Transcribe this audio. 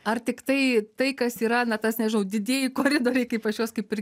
ar tiktai tai kas yra na tas nežinau didieji koridoriai kaip aš juos kaip ir